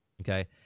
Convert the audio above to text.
Okay